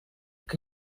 que